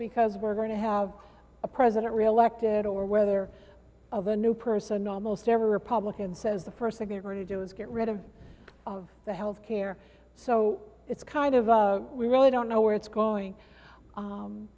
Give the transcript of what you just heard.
because we're going to have a president re elected or whether of a new person almost every republican says the first thing they're going to do is get rid of the health care so it's kind of a we really don't know where it's going